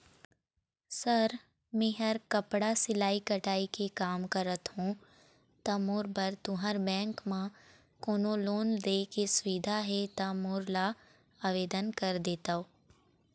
Sir मेहर कपड़ा सिलाई कटाई के कमा करत हों ता मोर बर तुंहर बैंक म कोन्हों लोन दे के सुविधा हे ता मोर ला आवेदन कर देतव?